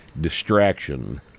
distraction